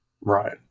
Right